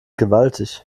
gewaltig